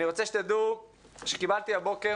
אני רוצה שתדעו שקיבלתי הבוקר